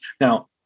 Now